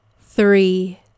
three